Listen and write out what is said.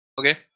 Okay